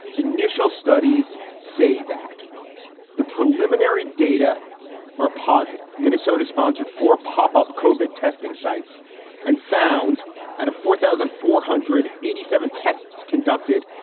initial studies say that the preliminary data are positive. minnesota sponsored for pop up covert testing sites and found at a four thousand four hundred eighty seven tests conducted.